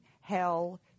hell